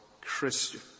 Christian